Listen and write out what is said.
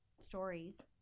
stories